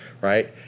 right